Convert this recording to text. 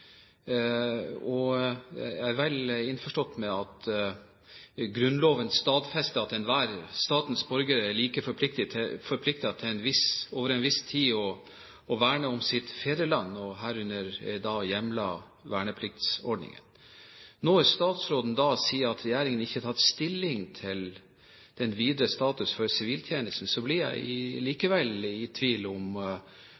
Jeg er vel innforstått med at Grunnloven stadfester at enhver av statens borgere er like forpliktet til å verne om sitt fedreland over en viss tid, og herunder er vernepliktsordningen hjemlet. Når statsråden sier at regjeringen ikke har tatt stilling til den videre status for siviltjenesten, blir jeg